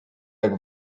jak